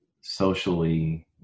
socially